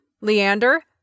Leander